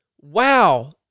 wow